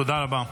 תודה רבה.